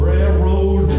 Railroad